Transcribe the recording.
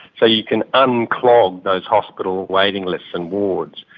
so you can unclog those hospital waiting lists and wards.